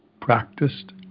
practiced